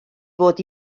fod